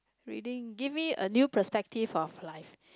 reading give me a new perspective of life